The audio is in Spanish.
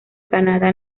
canadá